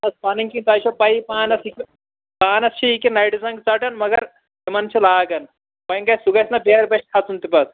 بَس پَنٕنۍ کِنۍ تۄہہِ چھو پَیی پانَس یہِ پانَس چھِ یہِ کہِ نَرِ زَنٛگ ژَٹان مگر یِمَن چھِ لاگَن وۄنۍ گژھِ سُہ گژھِ نا بیرٕ بَچھٕ کھسُن تہِ پَتہٕ